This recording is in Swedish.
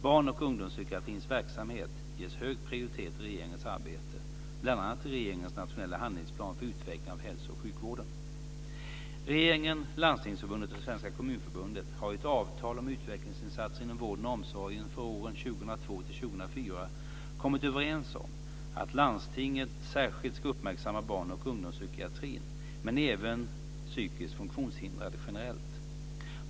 Barnoch ungdomspsykiatrins verksamhet ges hög prioritet i regeringens arbete, bl.a. i regeringens nationella handlingsplan för utveckling av hälso och sjukvården . kommit överens om att landstingen särskilt ska uppmärksamma barn och ungdomspsykiatrin men även psykiskt funktionshindrade generellt.